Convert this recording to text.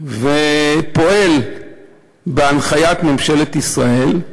ופועל בהנחיית ממשלת ישראל,